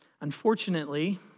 Unfortunately